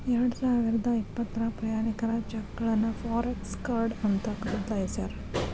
ಎರಡಸಾವಿರದ ಇಪ್ಪತ್ರಾಗ ಪ್ರಯಾಣಿಕರ ಚೆಕ್ಗಳನ್ನ ಫಾರೆಕ್ಸ ಕಾರ್ಡ್ ಅಂತ ಬದಲಾಯ್ಸ್ಯಾರ